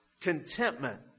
Contentment